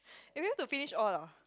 eh we have to finish all ah